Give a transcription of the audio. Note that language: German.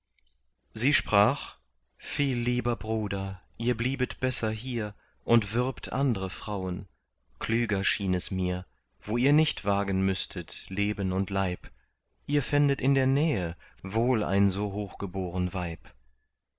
sie sprach viel lieber bruder ihr bliebet besser hier und würbt andre frauen klüger schien es mir wo ihr nicht wagen müßtet leben und leib ihr fändet in der nähe wohl ein so hochgeboren weib